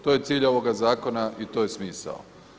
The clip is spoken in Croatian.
To je cilj ovoga zakona i to je smisao.